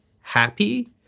happy